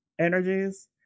energies